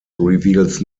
reveals